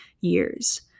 years